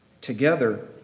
together